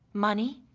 money,